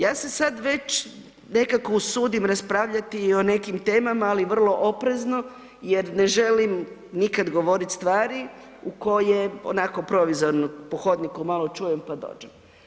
Ja se sad već nekako usudim raspravljati i o nekim temama, ali vrlo oprezno jer ne želim nikad govoriti stvari u koje onako provizorno, po hodniku malo čujem pa dođem.